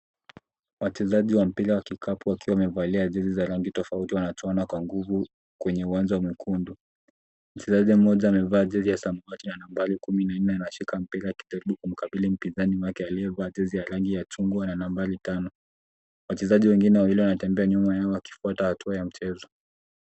Wachezaji wa mpira wa kikapu wakiwa wamevalia jezi za rangi tofauti wanachuana kwa nguvu kwenye uwanja mwekundu. Mchezaji mmoja amevaa jezi ya samawati na nambari kumi na nne anashika mpira akijaribu kumkabili mpizani wake aliyevaa jezi ya rangi ya chungwa na nambari tano. Wachezaji wengine wawili wanatembea nyuma yao wakifuata hatua ya mchezo.